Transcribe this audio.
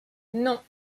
non